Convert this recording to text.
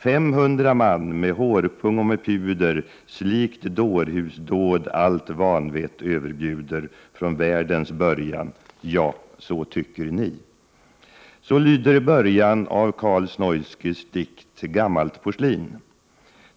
Femhundra man med hårpung och med puder! Slikt dårhusdåd allt vanvett överbjuder från världens början — ja, så tycker ni. Så lyder början av Carl Snoilskys dikt Gammalt porslin.